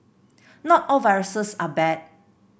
not all viruses are bad